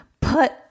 put